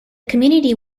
community